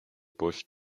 bush